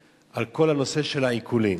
על כל הנושא של העיקולים.